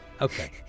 Okay